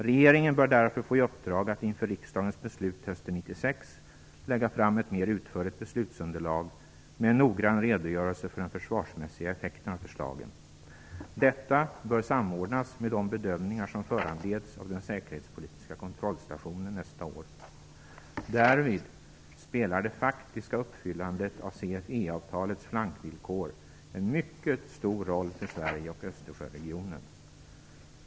Regeringen bör därför få i uppdrag att inför riksdagens beslut hösten 1996 lägga fram ett mer utförligt beslutsunderlag med en noggrann redogörelse för den försvarsmässiga effekten av förslagen. Detta bör samordnas med de bedömningar som föranleds av den säkerhetspolitiska kontrollstationen nästa år. Därvid spelar det faktiska uppfyllandet av CFE avtalets flankvillkor en mycket stor roll för Sverige och Östersjöregionen.